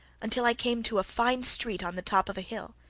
until i came to a fine street on the top of a hill.